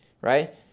right